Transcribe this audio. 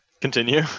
continue